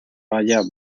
vaya